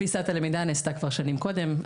תפיסת הלמידה נעשתה כבר שנים קודם.